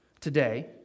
today